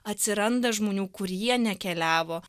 atsiranda žmonių kurie nekeliavo